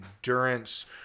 endurance